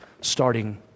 starting